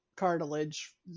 Cartilage